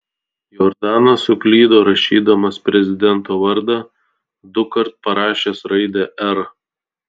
jordanas suklydo rašydamas prezidento vardą dukart parašęs raidę r